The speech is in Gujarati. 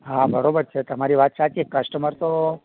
હાં બરોબર છે તમારી વાત સાચી કસ્ટમર તો